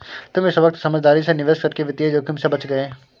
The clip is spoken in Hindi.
तुम इस वक्त समझदारी से निवेश करके वित्तीय जोखिम से बच गए